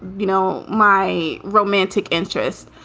you know, my romantic interest.